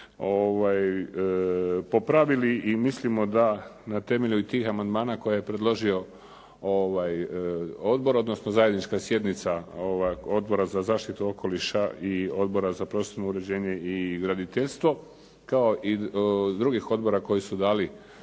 popravili. I mislimo da na temelju i tih amandmana koje je predložio ovaj odbor odnosno zajednička sjednica Odbora za zaštitu okoliša i Odbora za prostorno uređenje i graditeljstvo kao i drugih odbora koji su dali